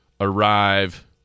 arrive